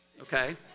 okay